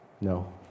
No